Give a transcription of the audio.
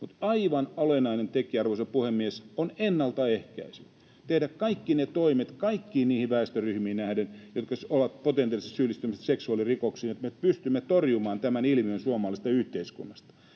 mutta aivan olennainen tekijä, arvoisa puhemies, on ennaltaehkäisy: tehdään kaikki ne toimet kaikkiin niihin väestöryhmiin nähden, jotka ovat potentiaalisesti syyllistymässä seksuaalirikoksiin, niin että me pystymme torjumaan tämän ilmiön suomalaisesta yhteiskunnasta